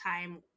time